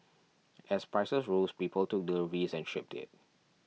as prices rose people took deliveries and shipped it